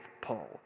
Paul